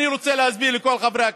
אני רוצה להסביר לכל חברי הכנסת: